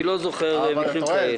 אני לא זוכר מקרים כאלה.